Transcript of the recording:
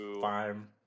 fine